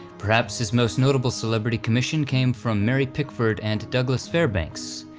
perhaps his most notable celebrity commission came from mary pickford and douglas fairbanks,